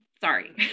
sorry